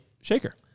shaker